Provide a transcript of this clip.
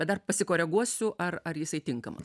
dar pakoreguosiu ar ar jisai tinkamas